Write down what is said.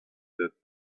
that